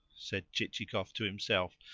said chichikov to himself,